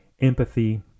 empathy